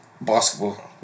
basketball